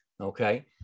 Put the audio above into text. okay